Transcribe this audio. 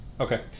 Okay